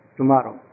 Tomorrow